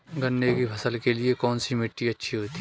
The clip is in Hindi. गन्ने की फसल के लिए कौनसी मिट्टी अच्छी होती है?